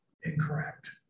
incorrect